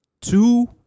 two